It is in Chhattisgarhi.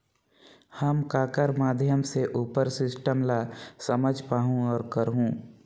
हम ककर माध्यम से उपर सिस्टम ला समझ पाहुं और करहूं?